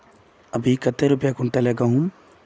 अभी कते रुपया कुंटल है गहुम?